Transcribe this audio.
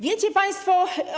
Wiecie państwo.